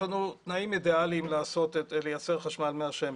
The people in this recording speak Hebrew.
יש לנו תנאים אידיאליים לייצר חשמל מהשמש.